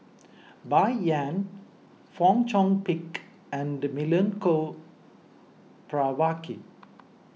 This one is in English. Bai Yan Fong Chong Pik and Milenko Prvacki